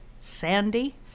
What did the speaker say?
sandy